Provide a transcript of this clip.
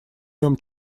нем